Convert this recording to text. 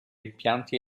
impianti